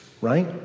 right